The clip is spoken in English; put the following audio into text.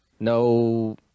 No